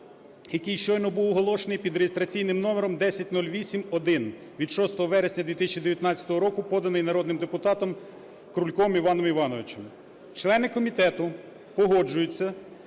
який щойно був оголошений, під реєстраційним номером 1008-1 від 6 вересня 2019 року, поданий народним депутатом Крульком Іваном Івановичем. Члени комітету погоджуються